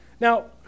Now